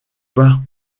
pas